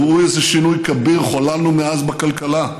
ראו איזה שינוי כביר חוללנו מאז בכלכלה: